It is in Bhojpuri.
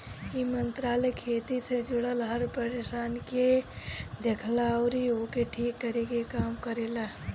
इ मंत्रालय खेती से जुड़ल हर परेशानी के देखेला अउरी ओके ठीक करे के काम करेला